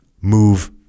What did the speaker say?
move